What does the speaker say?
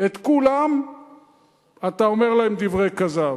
לכולם אתה אומר דברי כזב.